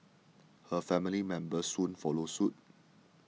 her family members soon followed suit